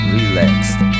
Relaxed